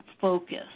focus